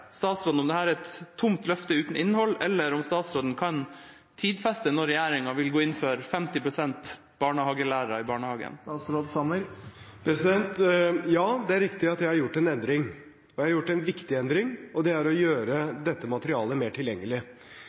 statsråden om dette er et tomt løfte uten innhold, eller om statsråden kan tidfeste når regjeringa vil gå inn for 50 pst. barnehagelærere i barnehagen. Ja, det er riktig at jeg har gjort en endring, og jeg har gjort en viktig endring, og det er å gjøre dette materialet mer tilgjengelig.